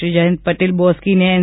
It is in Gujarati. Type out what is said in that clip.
શ્રી જયંત પટેલ બોસ્કીને એન